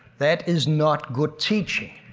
that is not good teaching.